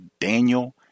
Daniel